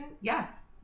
Yes